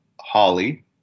Holly